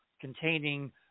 containing